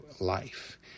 life